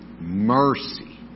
Mercy